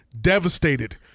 Devastated